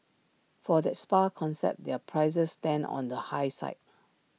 for that spa concept their prices stand on the high side